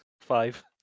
Five